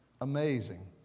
Amazing